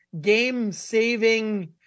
game-saving